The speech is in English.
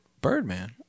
Birdman